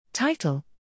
Title